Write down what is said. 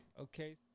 Okay